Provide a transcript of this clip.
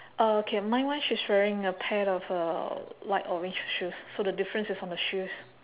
uh okay mine mine she's wearing a pair of uh light orange shoes so the difference is on the shoes